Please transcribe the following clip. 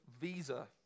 visa